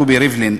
רובי ריבלין,